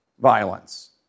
violence